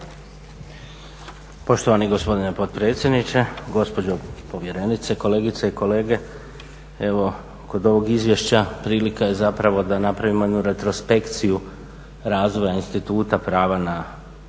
Poštovani gospodine potpredsjedniče, gospođo povjerenice, kolegice i kolege. Evo kod ovog izvješća prilika je zapravo da napravimo jednu retrospekciju razvoja instituta prava na pristup